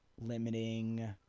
limiting